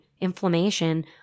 inflammation